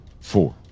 four